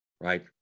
right